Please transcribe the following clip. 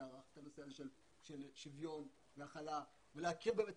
הרך את הנושא הזה של שוויון והכלה ולהכיר את הפסיפס,